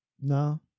no